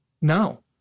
no